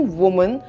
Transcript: woman